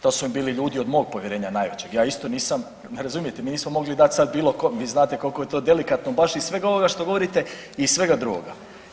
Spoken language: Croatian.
To su mi bili ljudi od mog povjerenja najvećeg, ja isto nisam, me razumijete, mi nismo mogli dati sad bilo kom, vi znate koliko je to delikatno baš iz svega ovoga što govorite i svega drugoga.